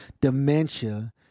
dementia